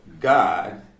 God